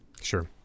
Sure